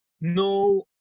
no